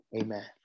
Amen